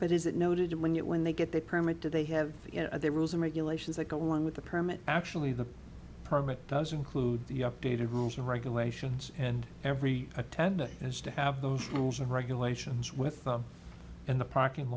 but is it noted when it when they get their permit to they have their rules and regulations that go along with the permit actually the permit doesn't clude the updated rules and regulations and every attended as to have those rules and regulations with them in the parking